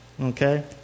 Okay